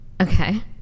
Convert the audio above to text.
Okay